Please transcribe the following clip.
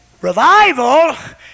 Revival